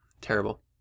Terrible